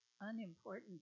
unimportant